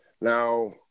Now